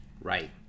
Right